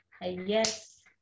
Yes